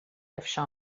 افشا